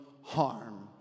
harm